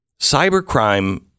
Cybercrime